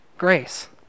grace